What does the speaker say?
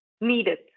needed